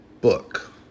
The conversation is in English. book